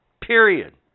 Period